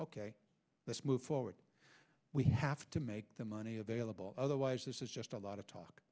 k let's move forward we have to make the money available otherwise this is just a lot of talk